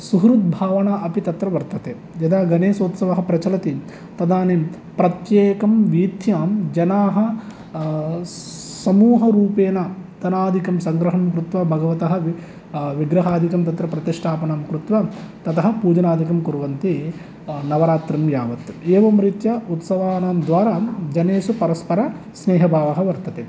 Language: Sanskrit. सुहृद् भावना अपि तत्र वर्तते यदा गणेशोत्सवः प्रचलति तदानीं प्रत्येकं वीथ्यां जनाः समूहरूपेण धनादिकं संग्रहं कृत्वा भगवतः विग्रहादिकं तत्र प्रतिष्ठापनं कृत्वा ततः पूजनादिकं कुर्वन्ति नवरात्रं यावत् एवं रीत्या उत्सवानां द्वारा जनेषु परस्पर स्नेहभावः वर्तते